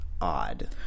odd